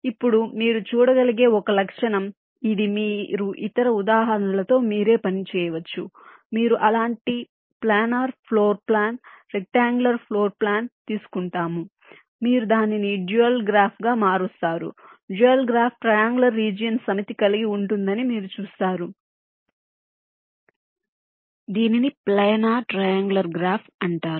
ఇప్పుడు మీరు చూడగలిగే ఒక లక్షణం ఇది మీరు ఇతర ఉదాహరణలతో మీరే పని చేయవచ్చు మీరు అలాంటి planar floor plan rectangular floor plan తీసుకుంటాం మీరు దానిని డ్యూయల్ గ్రాఫ్ గా మారుస్తారు డ్యూయల్ గ్రాఫ్ ట్రయాంగులర్ రీజియన్స్ సమితి కలిగి ఉంటుందని మీరు చూస్తారు దీనిని ప్లానార్ ట్రయాంగులర్ గ్రాఫ్ అంటారు